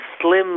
Slim